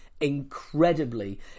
incredibly